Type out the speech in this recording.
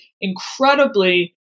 incredibly